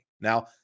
Now